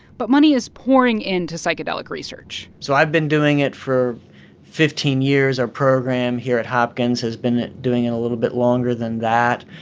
but money is pouring into psychedelic research so i've been doing it for fifteen years. our program here at hopkins has been doing it a little bit longer than that.